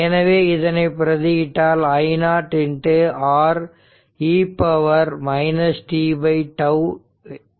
எனவே இதனை பிரதி இட்டால் I0 R e t τ என்ன கிடைக்கும்